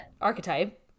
archetype